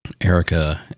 Erica